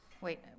Wait